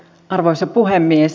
arvoisa puhemies